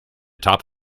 top